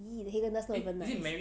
你以为 Haagen Dazs